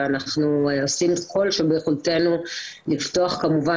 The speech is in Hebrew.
ואנחנו עושים כל שביכולתנו לפתוח תיקים כמובן